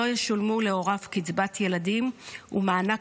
לא ישולמו להוריו קצבת ילדים ומענק